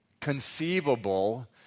conceivable